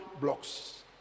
blocks